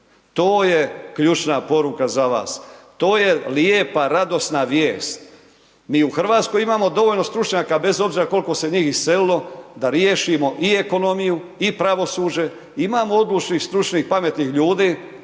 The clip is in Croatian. To je ključna poruka za vas, to je lijepa, radosna vijest. Mi u Hrvatskoj imamo dovoljno stručnjaka bez obzira koliko se njih iselilo da riješimo i ekonomiju i pravosuđe, imamo odličnih, stručnih, pametnih ljudi